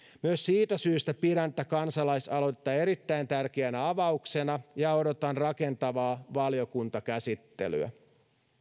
myös siitä syystä pidän tätä kansalaisaloitetta erittäin tärkeänä avauksena ja odotan rakentavaa valiokuntakäsittelyä